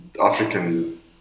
African